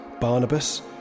Barnabas